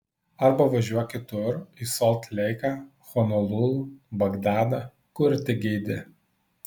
arba važiuok kitur į solt leiką honolulu bagdadą kur tik geidi